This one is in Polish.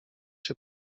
się